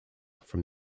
from